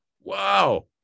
wow